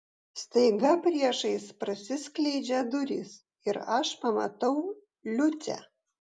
staiga priešais prasiskleidžia durys ir aš pamatau liucę